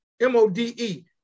M-O-D-E